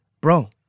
Bro